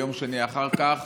ביום שני אחר כך